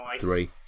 Three